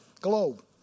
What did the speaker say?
globe